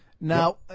Now